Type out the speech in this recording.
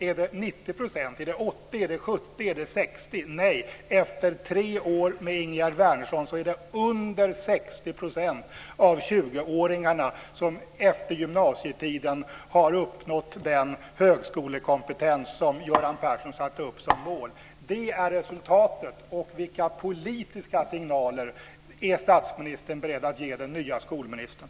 Är det 90 %, 80 %, 70 % eller 60 %? Nej, efter tre år med Ingegerd Wärnersson är det under 60 % av 20-åringarna som efter gymnasietiden har uppnått den högskolekompetens som Göran Persson satte upp som mål. Det är resultatet. Vilka politiska signaler är statsministern beredd att ge den nya skolministern?